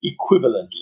equivalently